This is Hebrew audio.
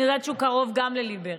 אני יודעת שהוא קרוב גם לליבך.